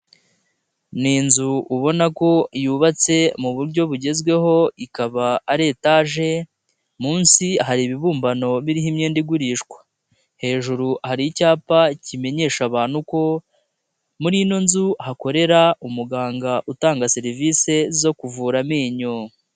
Ni inzu ubona ko yubatse mu buryo bugezweho ikaba ari etaje. Munsi hari ibibumbano biriho imyenda igurishwa. Hejuru hari icyapa kimenyesha abantu ko muri ino nzu hakorera umuganga utanga serivisi zo kuvura amenyo.